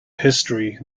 history